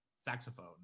Saxophone